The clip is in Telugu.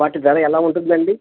వాటి ధర ఎలా ఉంటుందండి